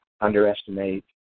underestimate